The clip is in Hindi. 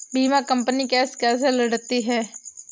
बीमा कंपनी केस कैसे लड़ती है?